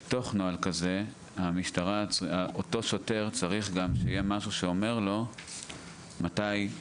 בתוך נוהל כזה אותו שוטר צריך גם שיהיה משהו שאומר לו מתי הוא